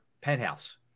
penthouse